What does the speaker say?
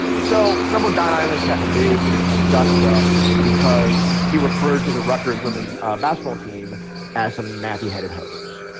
so remember don imus got in a big dust up because he referred to the rutgers women basketball team as some nappy-headed hos?